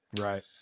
Right